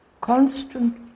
constant